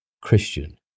Christian